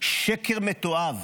שקר מתועב,